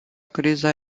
criza